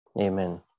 amen